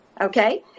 Okay